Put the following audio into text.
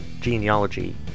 Genealogy